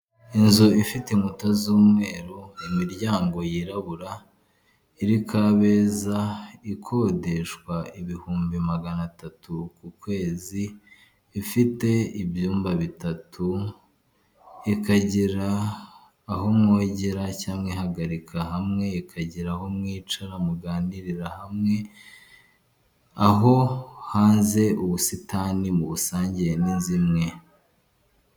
Inzu ifite inkuta z'umweru, imiryango yirabura iri Kabeza, ikodeshwa ibihumbi magana atatu ku kwezi, ifite ibyumba bitatu ikagira aho mwogera cyangwa mwihagarika hamwe, ikagira aho mwicara muganirira hamwe, aho hanze ubusitani mubusangiye n'inzu imwe.